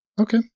Okay